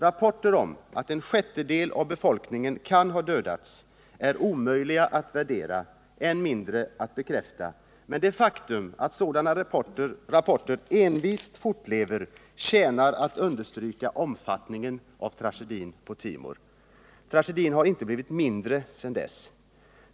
Rapporter om att en sjättedel av befolkningen kan ha dödats är omöjliga att värdera, än mindre bekräfta, men det faktum att sådana rapporter envist fortlever tjänar att understryka omfattningen av tragedin på Timor.” Tragedin har inte blivit mindre sedan dess.